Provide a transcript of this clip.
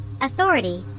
authority